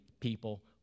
people